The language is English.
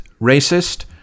racist